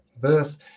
birth